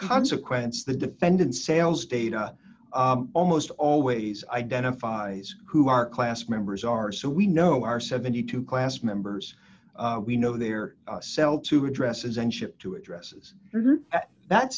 consequence the defendant sales data almost always identifies who are class members are so we know our seventy two class members we know their sell to addresses and ship to addresses that